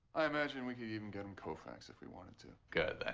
i imagine we could even get him koufax if we wanted to. good, then.